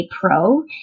pro